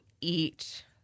eat